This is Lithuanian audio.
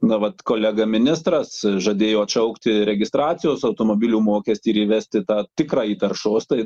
na vat kolega ministras žadėjo atšaukti registracijos automobilių mokestį ir įvesti tą tikrąjį taršos tai